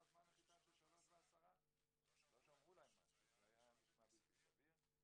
זמן נחיתה 03:10. זה היה נשמע בלתי סביר,